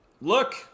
look